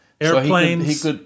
Airplanes